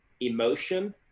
emotion